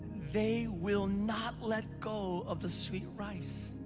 they will not let go of the sweet rice.